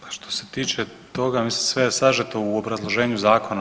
Pa što se tiče toga, mislim, sve je sažeto u obrazloženju zakona.